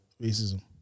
racism